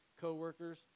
co-workers